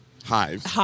hives